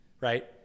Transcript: right